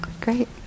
Great